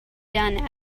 done